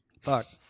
Fuck